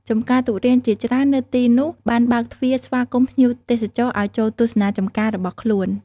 ចម្ការទុរេនជាច្រើននៅទីនោះបានបើកទ្វារស្វាគមន៍ភ្ញៀវទេសចរឱ្យចូលទស្សនាចម្ការរបស់ខ្លួន។